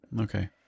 okay